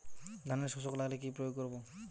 ধানের শোষক লাগলে কি প্রয়োগ করব?